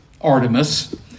Artemis